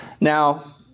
Now